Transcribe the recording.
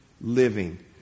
living